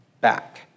back